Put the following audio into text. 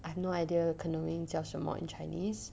I have no idea canoeing 叫什么 in chinese